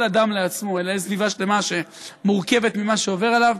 אדם לעצמו אלא יש סביבה שלמה שמורכבת ממה שעובר עליו,